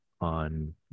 on